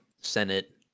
Senate